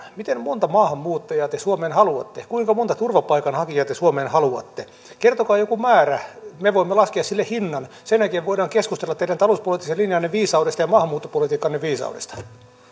miten monta maahanmuuttajaa te suomeen haluatte kuinka monta turvapaikanhakijaa te suomeen haluatte kertokaa joku määrä me voimme laskea sille hinnan sen jälkeen voidaan keskustella teidän talouspoliittisen linjanne viisaudesta ja maahanmuuttopolitiikkanne viisaudesta